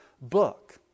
book